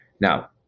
Now